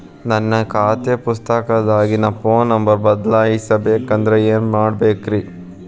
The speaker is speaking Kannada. ನನ್ನ ಖಾತೆ ಪುಸ್ತಕದಾಗಿನ ಫೋನ್ ನಂಬರ್ ಬದಲಾಯಿಸ ಬೇಕಂದ್ರ ಏನ್ ಮಾಡ ಬೇಕ್ರಿ?